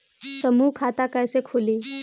समूह खाता कैसे खुली?